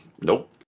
Nope